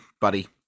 buddy